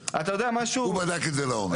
הוא בדק את זה לעומק.